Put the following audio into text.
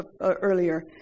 earlier